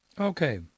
Okay